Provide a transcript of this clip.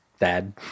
dad